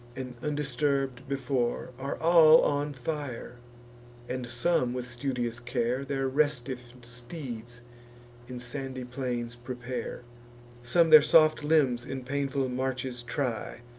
and undisturb'd before, are all on fire and some, with studious care, their restiff steeds in sandy plains prepare some their soft limbs in painful marches try,